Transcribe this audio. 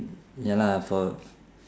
ya lah for